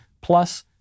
Plus